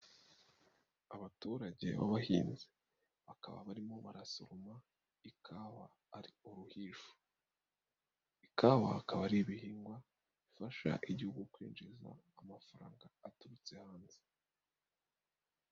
Abaturage b'abahinzi bakaba barimo barasoroma ikawa ariko ruhisho. Ikawa akaba ari ibihingwa bifasha igihugu kwinjiza amafaranga aturutse hanze.